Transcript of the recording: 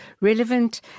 relevant